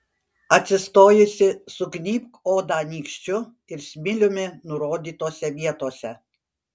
atsistojusi sugnybk odą nykščiu ir smiliumi nurodytose vietose